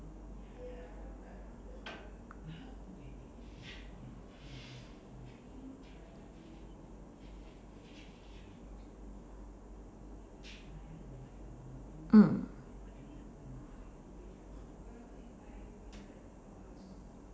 mm